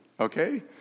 okay